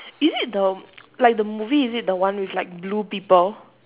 is it the like the movie is it the one with like blue people